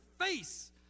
face